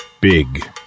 Big